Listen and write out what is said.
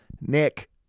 Nick